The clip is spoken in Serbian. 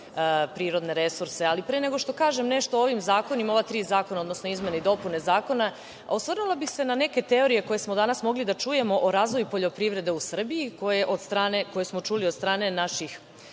prirodne resurse, ali pre nego što kažem nešto o ovim zakonima, ova tri zakona, odnosno izmene i dopune zakona, osvrnula bih se na neke teorije koje smo danas mogli da čujemo o razvoju poljoprivrede u Srbiji koje smo čuli od strane naših